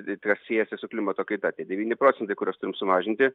tai tai yra siejasi su klimato kaita tie devyni procentai kuriuos turim sumažinti